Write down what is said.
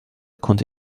konnte